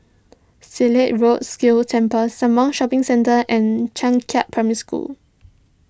Silat Road Sikh Temple Sembawang Shopping Centre and Changkat Primary School